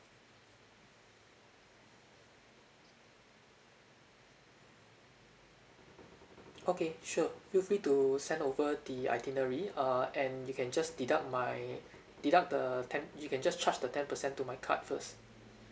okay sure feel free to send over the itinerary err and you can just deduct my deduct the ten you can just charge the ten per cent to my card first